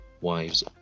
wives